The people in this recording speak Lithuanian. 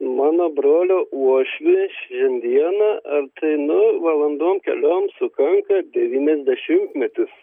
mano brolio uošvis šiandieną ar tai nu valandom keliom sukanka devyniasdešimtmetis